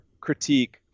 critique